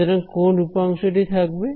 সুতরাং কোন উপাংশ টি থাকবে